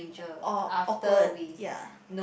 or awkward ya